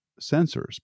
sensors